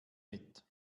mit